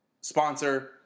sponsor